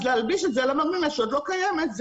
להלביש את זה על המרינה שעוד לא קיימת,